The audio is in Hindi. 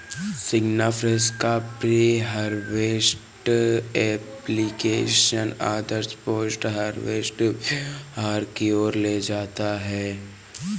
सिग्नाफ्रेश का प्री हार्वेस्ट एप्लिकेशन आदर्श पोस्ट हार्वेस्ट व्यवहार की ओर ले जाता है